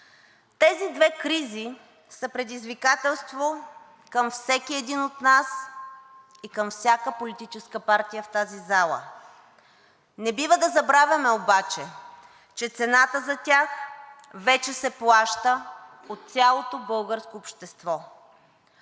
Тези две кризи са предизвикателство към всеки един от нас и към всяка политическа партия в тази зала. Не бива да забравяме обаче, че цената за тях вече се плаща от цялото българско общество.